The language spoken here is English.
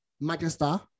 Manchester